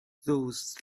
those